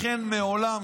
לכן מעולם,